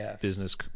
business